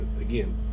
Again